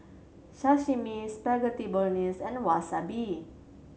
Sashimi Spaghetti Bolognese and Wasabi